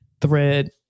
thread